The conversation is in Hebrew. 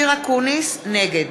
נגד